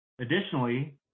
Additionally